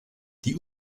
die